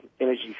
energy